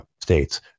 states